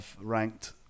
ranked